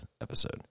episode